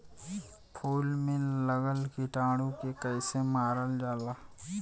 फूल में लगल कीटाणु के कैसे मारल जाला?